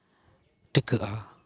ᱴᱤᱠᱟᱹᱜᱼᱟ